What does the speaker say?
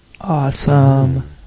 Awesome